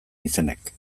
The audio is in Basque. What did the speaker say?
izenek